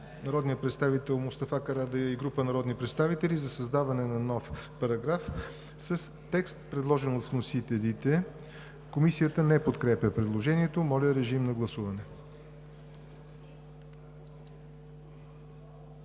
народния представител Мустафа Карадайъ и група народни представители за създаване на нов параграф с текст, предложен от вносителите. Комисията не подкрепя предложението. Гласували